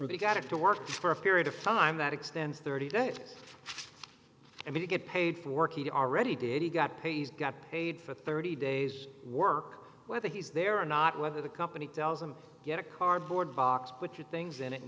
be got to work for a period of time that extends thirty days and you get paid for work he already did he got pays got paid for thirty days work whether he's there or not whether the company tells him get a cardboard box put your things in it and